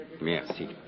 Merci